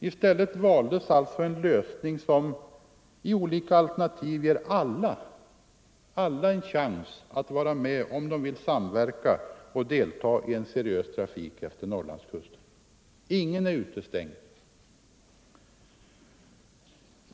I stället valdes en lösning som i olika alternativ ger alla chans att vara med, om de vill samverka och delta i en seriös trafik utefter Norrlandskusten. Ingen är utestängd.